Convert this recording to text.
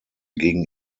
gegen